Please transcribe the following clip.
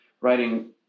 writing